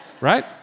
Right